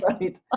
right